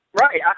Right